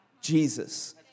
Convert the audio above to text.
Jesus